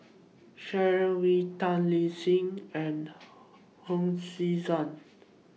Sharon Wee Tan Lip Seng and Hon Sui Sen